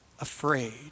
afraid